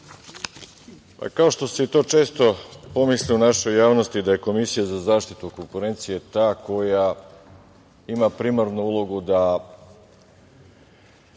što se često pomisli u našoj javnosti da je Komisija za zaštitu konkurencije ta koja ima primarnu ulogu da